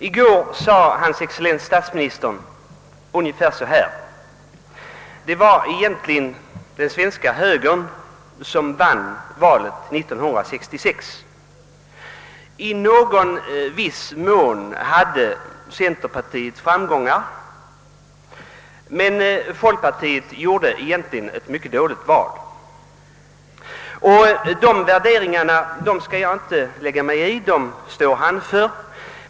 I går sade hans excellens statsministern ungefär följande: Det var egentligen den svenska högern som vann valet 1966. I någon viss mån hade centerpartiet framgångar men folkpartiet gjorde egentligen ett mycket dåligt val. Dessa värderingar skall jag inte lägga mig i, statsministern får stå för dem.